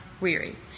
weary